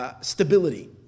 Stability